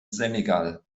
senegal